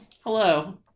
hello